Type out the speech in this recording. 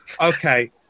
Okay